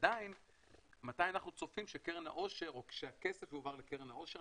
עדיין מתי אנחנו צופים שקרן העושר או שהכסף יועבר לקרן העושר,